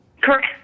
Correct